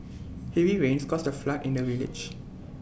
heavy rains caused A flood in the village